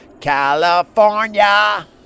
California